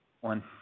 one